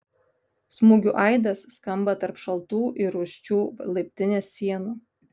smūgių aidas skamba tarp šaltų ir rūsčių laiptinės sienų